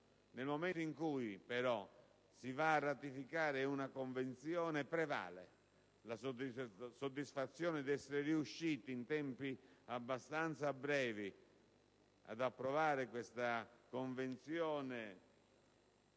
Nel momento in cui, però, si va a ratificare una Convenzione, prevale la soddisfazione di essere riusciti, in tempi abbastanza brevi, ad approvare questo strumento, approvato